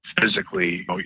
physically